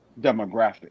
demographic